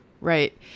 Right